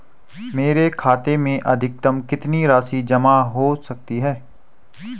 मेरे खाते में अधिकतम कितनी राशि जमा की जा सकती है?